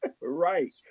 Right